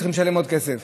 צריך לשלם עוד כסף.